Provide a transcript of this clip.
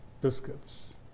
biscuits